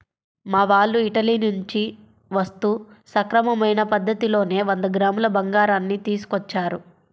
మా వాళ్ళు ఇటలీ నుంచి వస్తూ సక్రమమైన పద్ధతిలోనే వంద గ్రాముల బంగారాన్ని తీసుకొచ్చారు